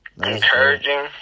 encouraging